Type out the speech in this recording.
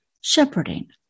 shepherding